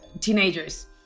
teenagers